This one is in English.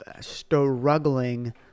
struggling